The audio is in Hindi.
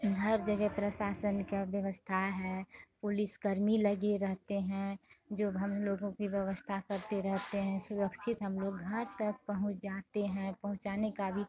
हर जगह प्रशासन का व्यवस्था है पुलिस कर्मी लगे रहते हैं जो हम लोगों की व्यवस्था करते रहते हैं सुरक्षित हम लोग घर तक पहुँच जाते हैं पहुँचाने का भी